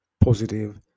positive